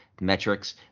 metrics